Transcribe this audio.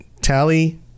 Tally